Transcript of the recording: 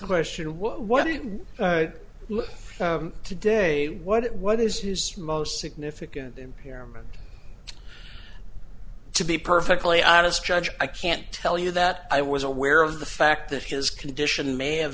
question what do you know today what what is his most significant impairment to be perfectly honest judge i can't tell you that i was aware of the fact that his condition may have